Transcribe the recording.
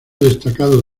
destacados